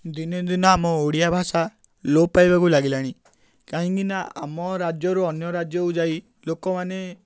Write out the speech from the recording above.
ଦିନେ ଦିନ ଆମ ଓଡ଼ିଆ ଭାଷା ଲୋପ ପାଇବାକୁ ଲାଗିଲାଣି କାହିଁକିନା ଆମ ରାଜ୍ୟରୁ ଅନ୍ୟ ରାଜ୍ୟକୁ ଯାଇ ଲୋକମାନେ